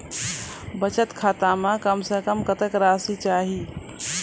बचत खाता म कम से कम कत्तेक रासि रहे के चाहि?